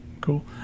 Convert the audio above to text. Cool